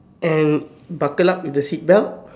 and buckle up with the seat belt